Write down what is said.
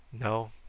No